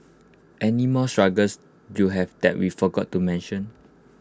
any more struggles you have that we forgot to mention